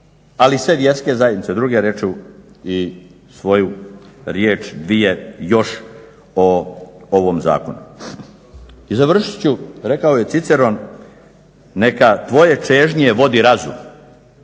i sve vjerske zajednice druge reknu i svoju riječ, dvije još o ovom zakonu. I završit ću, rekao je Ciceron neka tvoje čežnje vodi razum.